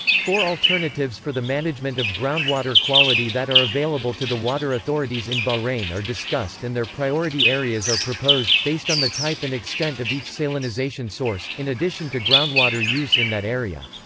four alternatives for the management of groundwater quality that are available to the water authorities in bahrain are discussed and their priority areas are proposed, based on the type and extent of each salinisation source, in addition to groundwater use in that area.